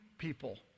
People